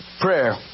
Prayer